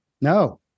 No